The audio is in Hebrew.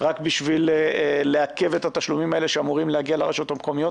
רק בשביל לעכב את התשלומים האלה שאמורים להגיע לרשויות המקומיות.